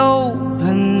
open